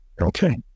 Okay